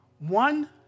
One